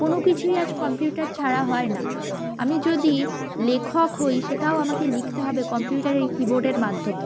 কোন কিছুই আজ কম্পিউটার ছাড়া হয় না আমি যদি লেখক হই সেটাও আমাকে লিখতে হবে কম্পিউটারেরই কিবোর্ডের মাধ্যমে